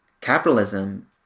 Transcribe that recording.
Capitalism